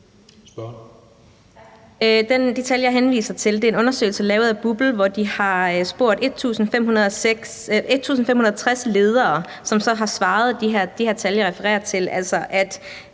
De tal, jeg henviser til, er en undersøgelse lavet af BUPL, hvor de har spurgt 1.560 ledere, som så har svaret